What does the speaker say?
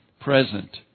present